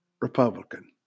Republican